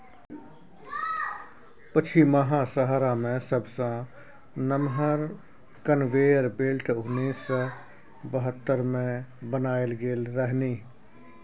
पछिमाहा सहारा मे सबसँ नमहर कन्वेयर बेल्ट उन्नैस सय बहत्तर मे बनाएल गेल रहनि